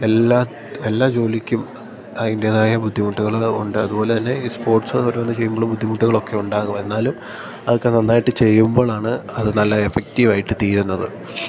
എല്ലാ എല്ലാ ജോലിക്കും അതിൻ്റേതായ ബുദ്ധിമുട്ടുകൾ ഉണ്ട് അതുപോലെ തന്നെ ഈ സ്പോർട്സ് എന്നു പറയുന്നത് ചെയ്യുമ്പോൾ ബുദ്ധിമുട്ടുകളൊക്കെ ഉണ്ടാാവും എന്നാലും അതൊക്കെ നന്നായിട്ട് ചെയ്യുമ്പോഴാണ് അത് നല്ല എഫക്റ്റീവ് ആയിട്ട് തീരുന്നത്